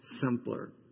simpler